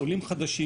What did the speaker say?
עולים חדשים,